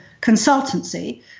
consultancy